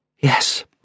Yes